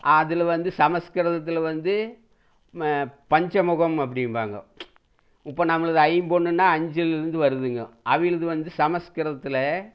அதில் வந்து சமஸ்கிருதத்தில் வந்து பஞ்சமுகம் அப்படிம்பாங்க இப்போ நம்மளுது ஐம்பொன்னுன்னா அஞ்சிலிருந்து வருதுங்க அவிங்களுது வந்து சமஸ்கிருதத்தில்